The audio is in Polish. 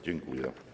Dziękuję.